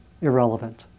irrelevant